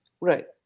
Right